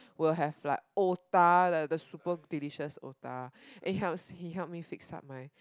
will have like otah the the super delicious otah and helps he help me fix up my